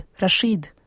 Rashid